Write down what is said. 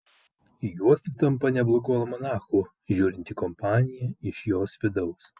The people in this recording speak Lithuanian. juosta tampa neblogu almanachu žiūrint į kompaniją iš jos vidaus